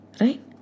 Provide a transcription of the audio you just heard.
Right